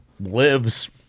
lives